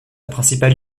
principale